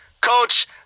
coach